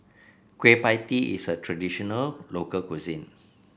Kueh Pie Tee is a traditional local cuisine